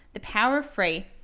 the power of free,